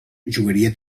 jugaria